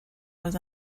was